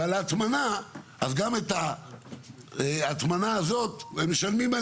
אז גם על ההטמנה הזאת משלמים.